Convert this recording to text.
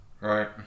Right